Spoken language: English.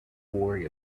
worry